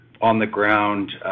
on-the-ground